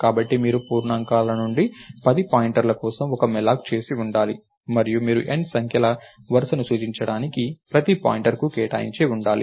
కాబట్టి మీరు పూర్ణాంకాల నుండి 10 పాయింటర్ల కోసం ఒక malloc చేసి ఉండాలి మరియు మీరు N సంఖ్యల వరుసను సూచించడానికి ప్రతి పాయింటర్కు కేటాయించి ఉండాలి